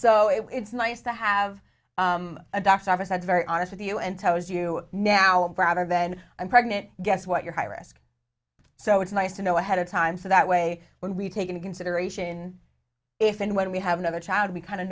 so it's nice to have a doc's office that's very honest with you and toes you now rather then i'm pregnant guess what your high risk so it's nice to know ahead of time so that way when we take into consideration if and when we have another child we kind of